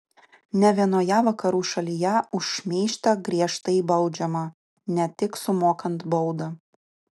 ne vienoje vakarų šalyje už šmeižtą griežtai baudžiama ne tik sumokant baudą